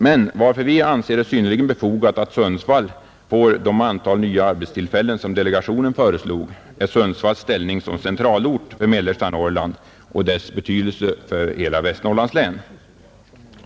Men orsaken till att vi anser det synnerligen befogat att Sundsvall får de antal nya arbetstillfällen som delegationen föreslog är Sundsvalls ställning som centralort för mellersta Norrland och dess betydelse för Västernorrlands län.